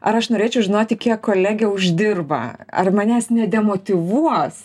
ar aš norėčiau žinoti kiek kolegė uždirba ar manęs nedemotyvuos